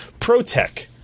ProTech